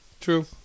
true